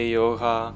yoga